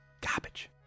Garbage